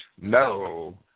No